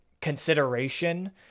consideration